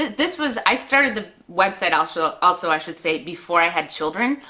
this was, i started the website also also i should say before i had children,